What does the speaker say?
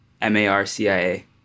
M-A-R-C-I-A